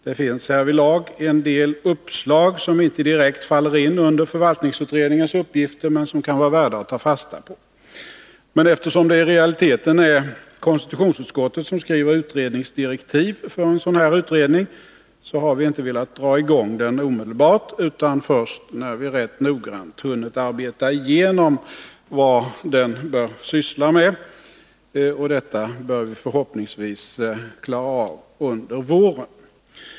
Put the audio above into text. Det finns härvidlag en del uppslag, som inte direkt faller under förvaltningsutredningens uppgifter men som kan vara värda att ta fasta på. Eftersom det i realiteten är konstitutionsutskottet som skriver direktiv för en sådan utredning, har vi dock inte velat dra i gång den omedelbart utan först när vi rätt noggrant hunnit arbeta igenom vad den bör syssla med. Detta bör vi förhoppningsvis klara av under våren.